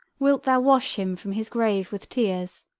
wilt thou wash him from his grave with tears?